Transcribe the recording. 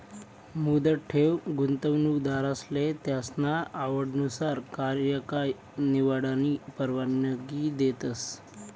मुदत ठेव गुंतवणूकदारसले त्यासना आवडनुसार कार्यकाय निवडानी परवानगी देतस